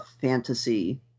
fantasy